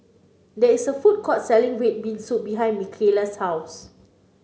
there is a food court selling red bean soup behind Micaela's house